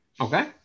Okay